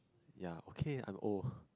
ya okay I'm old